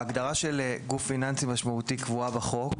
ההגדרה של גוף פיננסי משמעותי קבועה בחוק